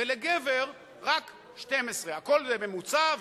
ולגבר רק 12. הכול זה ממוצע,